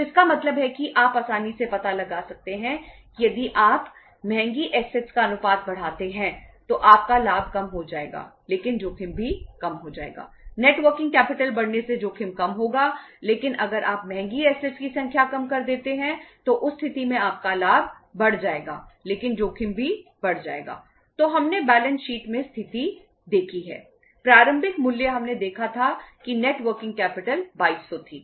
तो इसका मतलब है कि आप आसानी से पता लगा सकते हैं कि यदि आप महंगी ऐसेटस 2200 थी